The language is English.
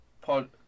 pod